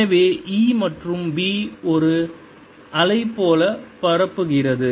எனவே இ மற்றும் B ஒரு அலை போல பரப்புகிறது